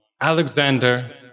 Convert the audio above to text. Alexander